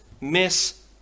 miss